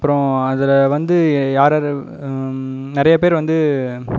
அப்புறோம் அதில் வந்து யார் யாரு நிறையப் பேர் வந்து